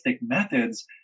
methods